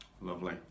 Lovely